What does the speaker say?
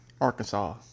Arkansas